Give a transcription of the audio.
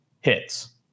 hits